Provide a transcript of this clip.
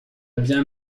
bien